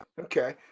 Okay